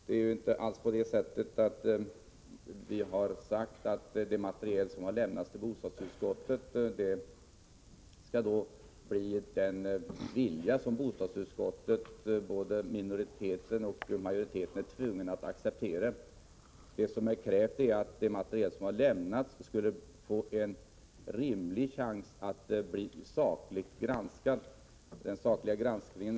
Vi har inte alls sagt att det material som har lämnats till bostadsutskottet skall bli den vilja som bostadsutskottet, både minoriteten och majoriteten, är tvunget att acceptera. Vad vi har krävt är att det skall finnas en rimlig chans till saklig granskning av det inlämnade materialet.